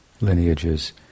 lineages